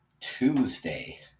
Tuesday